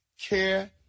care